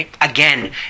Again